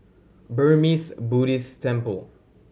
Burmese Buddhist Temple